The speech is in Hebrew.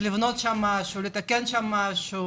לבנות שם משהו, לתקן משהו?